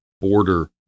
border